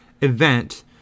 event